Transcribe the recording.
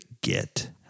get